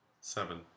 Seven